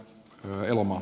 no elomo